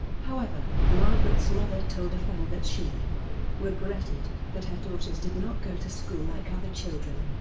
however, margaret's mother told a friend that she regretted that her daughters did not go to school like other children,